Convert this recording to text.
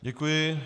Děkuji.